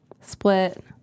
Split